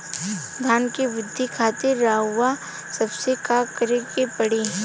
धान क वृद्धि खातिर रउआ सबके का करे के पड़ी?